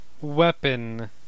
weapon